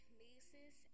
nieces